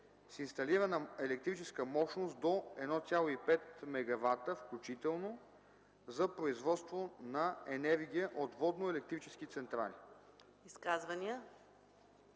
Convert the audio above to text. с инсталирана електрическа мощност до 1.5 MW включително, за производство на енергия от водноелектрически централи.”